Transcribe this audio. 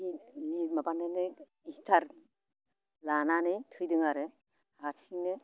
नि माबानोलाय स्टार लानानै फैदों आरो हारसिंनो